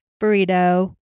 burrito